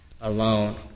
alone